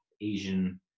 Asian